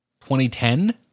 2010